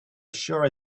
sure